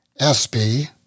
SB